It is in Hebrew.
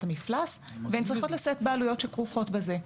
המפלס והן צריכות לשאת בעלויות שכרוכות בזה.